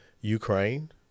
Ukraine